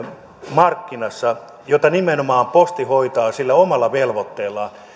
markkinassa jota nimenomaan posti hoitaa sillä omalla velvoitteellaan